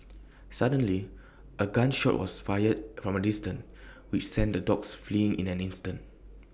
suddenly A gun shot was fired from A distance which sent the dogs fleeing in an instant